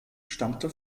stammte